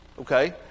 Okay